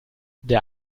der